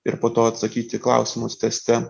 ir po to atsakyt į klausimus teste